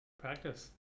Practice